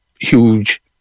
huge